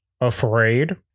Afraid